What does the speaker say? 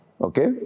Okay